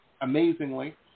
amazingly